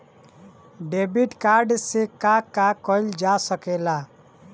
Debit card से का का कइल जा सके ला?